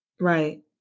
Right